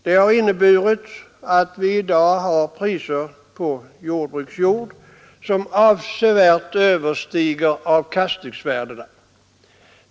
Det har medfört att vi i dag fått priser på jordbruksjord, som avsevärt överstiger avkastningsvärdena.